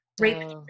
rape